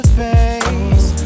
face